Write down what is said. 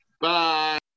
Bye